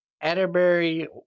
Atterbury